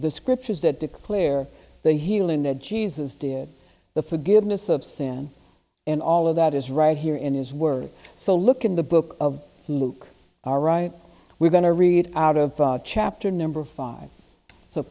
the scriptures that declare the healing that jesus did the forgiveness of sin and all of that is right here in his word so look in the book of luke all right we're going to read out of chapter number five so